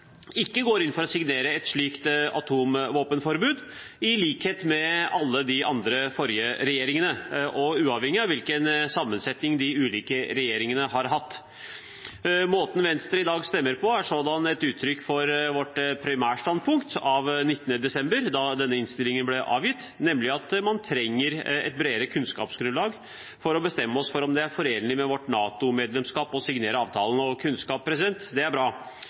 ikke går inn for å signere et slikt atomvåpenforbud, i likhet med alle de andre forrige regjeringene, uavhengig av hvilken sammensetning de ulike regjeringene har hatt. Måten Venstre i dag stemmer på, er sådan et uttrykk for vårt primærstandpunkt av 19. desember, da denne innstillingen ble avgitt, nemlig at vi trenger et bredere kunnskapsgrunnlag for å bestemme oss for om det er forenlig med vårt NATO-medlemskap å signere avtalen. Og kunnskap er bra.